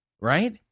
right